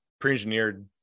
pre-engineered